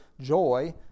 joy